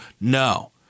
No